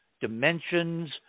dimensions